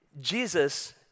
Jesus